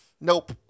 Nope